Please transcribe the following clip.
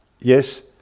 Yes